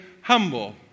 Humble